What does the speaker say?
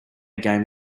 game